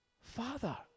Father